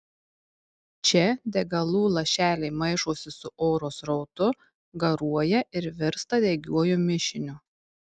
čia degalų lašeliai maišosi su oro srautu garuoja ir virsta degiuoju mišiniu